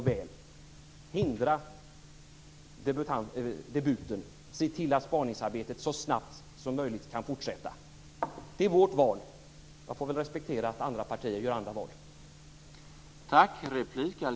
Vi vill hindra debuten och se till att spaningsarbetet kan fortsätta så snabbt som möjligt. Det är vårt val. Jag får väl respektera att andra partier gör andra val.